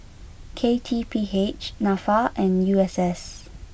K T P H Nafa and U S S